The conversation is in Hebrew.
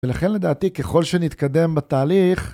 ולכן לדעתי ככל שנתקדם בתהליך...